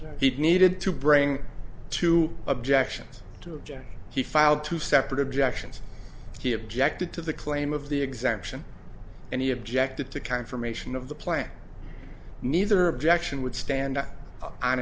that he needed to bring to objections to again he filed two separate objections he objected to the claim of the exemption and he objected to confirmation of the plan neither objection would stand on